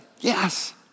Yes